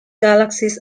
galaxies